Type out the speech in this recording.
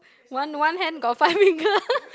one one hand got five finger